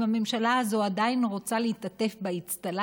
אם הממשלה הזאת עדיין רוצה להתעטף באצטלה